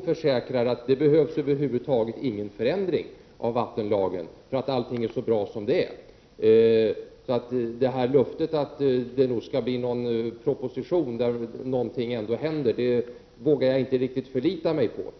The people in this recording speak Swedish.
försäkrar att det över huvud taget inte behövs någon förändring av vattenlagen; allting är så bra som det är. Löftet att det skall bli en proposition och att någonting ändå skall hända vågar jag därför inte riktigt lita på.